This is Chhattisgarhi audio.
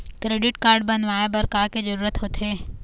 क्रेडिट कारड बनवाए बर का के जरूरत होते?